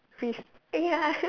freeze eh ya